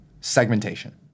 segmentation